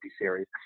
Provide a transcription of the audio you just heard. series